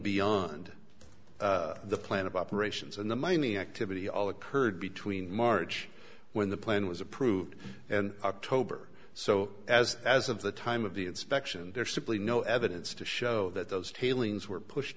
beyond the plan of operations and the mining activity all occurred between march when the plan was approved and october so as as of the time of the inspection there's simply no evidence to show that those tailings were pushed